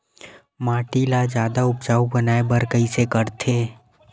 माटी ला जादा उपजाऊ बनाय बर कइसे करथे?